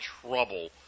trouble